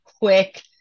quick